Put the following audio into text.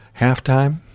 halftime